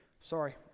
Sorry